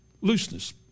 looseness